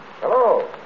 Hello